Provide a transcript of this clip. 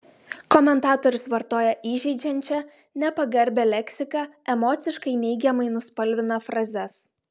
komentatorius vartoja įžeidžiančią nepagarbią leksiką emociškai neigiamai nuspalvina frazes